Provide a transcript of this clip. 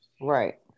Right